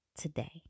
today